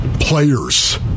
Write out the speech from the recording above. Players